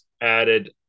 added